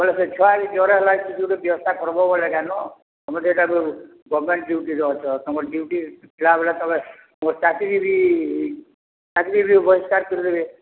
ବେଲେ ସେ ଛୁଆ କେ ଜର୍ ହେଲା କିଛି ଗୋଟେ ବ୍ୟବସ୍ଥା କର୍ବ ବେଲେ କା'ନ ତମେ ଇଟା ଗଭ୍ମେଣ୍ଟ ଡ଼୍ୟୁଟି'ର ଅଛ ତମର୍ ଡ଼୍ୟୁଟି ଥିଲାବେଳେ ତମେ ତମର୍ ଚାକ୍ରି ବି ଚାକ୍ରି ବି ବହିଷ୍କାର କରିଦେବେ